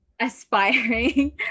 aspiring